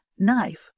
knife